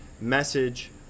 message